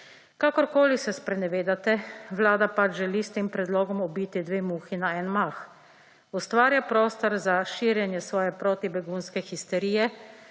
Kakorkoli se sprenevedate, Vlada želi s tem predlogom ubiti dve muhi na en mah. Ustvarja prostor za širjenje svoje proti begunske histerije